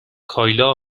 کایلا